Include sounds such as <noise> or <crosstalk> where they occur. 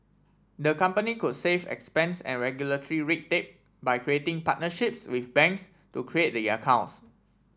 the company could save expense and <unintelligible> red tape by creating partnerships with banks to create the accounts